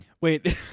Wait